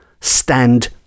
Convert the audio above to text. stand